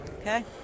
Okay